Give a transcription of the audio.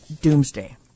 doomsday